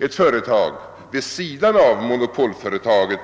Ett företag vid sidan av